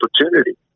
opportunity